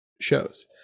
shows